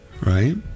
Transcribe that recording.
right